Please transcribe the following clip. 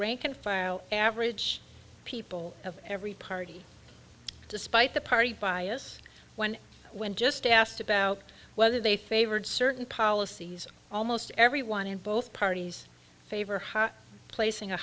rank and file average people of every party despite the party bias when when just asked about whether they favored certain policies almost everyone in both parties favor hot placing a